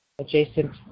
adjacent